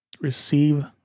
receive